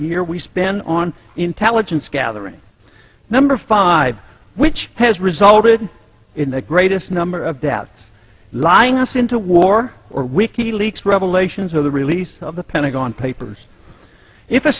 year we spend on intelligence gathering number five which has resulted in the greatest number of deaths lying us into war or wiki leaks revelations of the release of the pentagon papers if